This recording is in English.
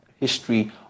history